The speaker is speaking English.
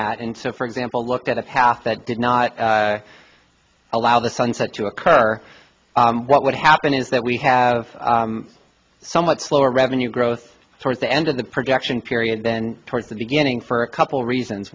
that and so for example look at a path that did not allow the sunset to occur what would happen is that we have a somewhat slower revenue growth towards the end of the projection period then towards the beginning for a couple reasons